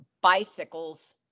bicycles